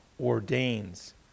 ordains